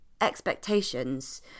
expectations